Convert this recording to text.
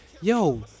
yo